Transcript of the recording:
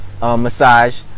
massage